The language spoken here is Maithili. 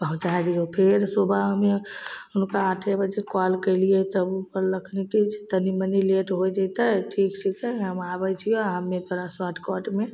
पहुँचै दिहो फेर सुबह हमे हुनका आठे बजे कॉल कएलिए तऽ ओ बोललखिन कि तनिमनि लेट होइ जएतै ठीक छिकै हम आबै छिअऽ हमे तोरा शार्टकटमे